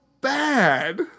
bad